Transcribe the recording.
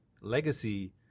legacy